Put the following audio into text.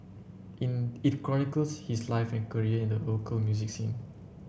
in it chronicles his life and career in the local music scene